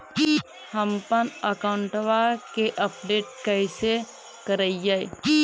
हमपन अकाउंट वा के अपडेट कैसै करिअई?